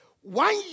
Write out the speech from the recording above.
one